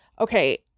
Okay